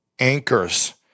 anchors